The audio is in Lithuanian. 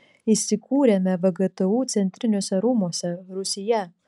įsikūrėme vgtu centriniuose rūmuose rūsyje